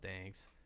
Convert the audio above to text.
thanks